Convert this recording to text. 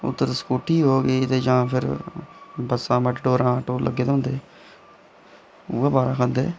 ते उत्थै स्कूटी होऐ जां फिर बस्सां मैटाडोर ऑटो लग्गे दे होंदे उ'ऐ बारा खंदे